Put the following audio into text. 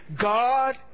God